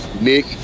Nick